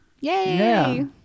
Yay